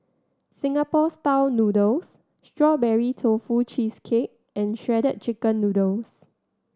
Singapore style noodle Strawberry Tofu Cheesecake and Shredded Chicken Noodles